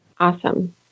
awesome